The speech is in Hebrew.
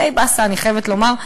די באסה, אני חייבת לומר.